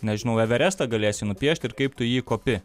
nežinau everestą galėsiu nupiešti kaip tu į jį kopi